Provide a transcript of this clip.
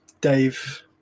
Dave